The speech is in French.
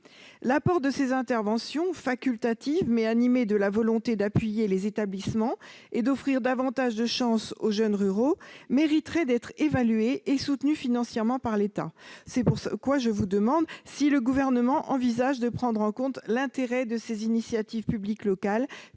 proximité. Ces interventions, « facultatives », mais animées de la volonté d'appuyer les établissements et d'offrir davantage de chances aux jeunes ruraux, mériteraient d'être évaluées et soutenues financièrement par l'État. Le Gouvernement envisage-t-il de prendre en compte l'intérêt de ces initiatives publiques locales